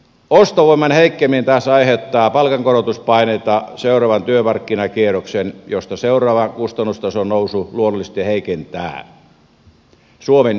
ostovoiman heikkeneminen taas aiheuttaa palkankorotuspaineita seuraavaan työmarkkinakierrokseen mistä seuraava kustannustason nousu luonnollisesti heikentää suomen vientisektorin kilpailukykyä